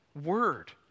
word